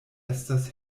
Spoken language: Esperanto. estas